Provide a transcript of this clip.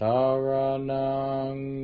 Saranang